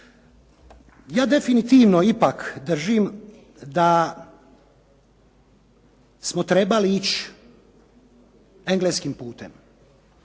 Ja definitivno ipak držim da smo trebali ići engleskim putem.